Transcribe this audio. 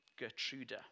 Gertruda